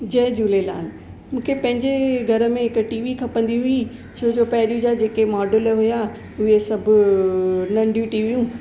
जय झूलेलाल मूंखे पंहिंजे घर में हिकु टीवी खपंदी हुई छोजो पहिरियूं जा जेके मॉडल हुआ उहे सभु नंढियूं टीवीयूं